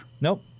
Nope